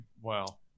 Wow